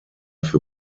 für